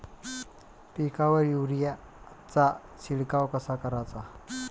पिकावर युरीया चा शिडकाव कसा कराचा?